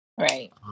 right